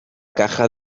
caja